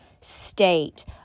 state